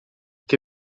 che